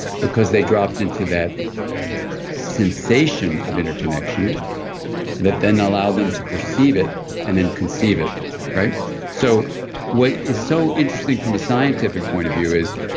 because they dropped into that sensation of interconnection that then allowed them to perceive it and then conceive it so what is so interesting from a scientific point of view is,